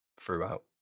throughout